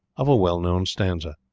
of a well-known stanza.